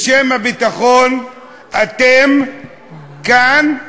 בשם הביטחון אתם מביאים כאן,